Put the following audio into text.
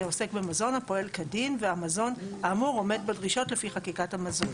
עוסק במזון הפועל כדין והמזון האמור עומד בדרישות לפי חקיקת המזון.